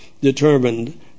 determined